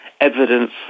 evidence